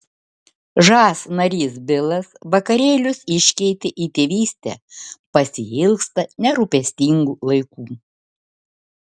žas narys bilas vakarėlius iškeitė į tėvystę pasiilgsta nerūpestingų laikų